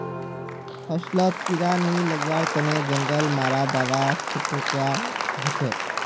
फसलत कीड़ा नी लगवार तने जंगल मारा दाबा छिटवा हछेक